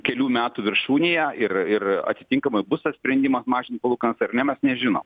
kelių metų viršūnėje ir ir atitinkamai bus sprendimas mažint palūkanas ar ne mes nežinom